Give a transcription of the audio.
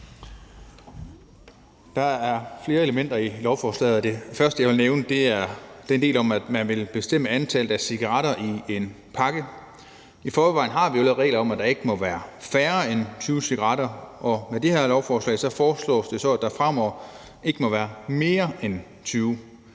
Der er flere elementer i lovforslaget, og det første, jeg vil nævne, er den del om, at man vil bestemme antallet af cigaretter i en pakke. I forvejen har vi jo en regel om, at der ikke må være færre end 20 cigaretter i, og med det her lovforslag foreslås det så, at der fremover ikke må være flere end 20.